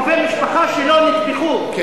קרובי משפחה שלו נטבחו,